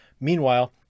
Meanwhile